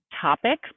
topic